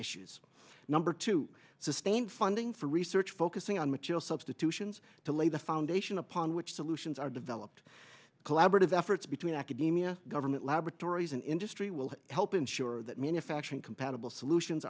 issues number to sustain funding for research focusing on material substitutions to lay the foundation upon which solutions are developed collaborative efforts between academia government laboratories and industry will help ensure that manufacturing compatible solutions